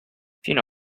fino